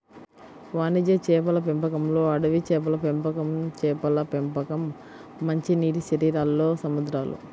వాణిజ్య చేపల పెంపకంలోఅడవి చేపల పెంపకంచేపల పెంపకం, మంచినీటిశరీరాల్లో సముద్రాలు